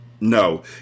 No